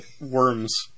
Worms